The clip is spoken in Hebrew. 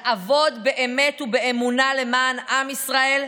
לעבוד באמת ובאמונה למען עם ישראל,